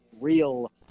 real